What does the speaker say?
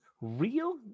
real